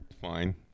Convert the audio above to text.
Fine